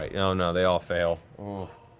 ah yeah ah no, they all fail. all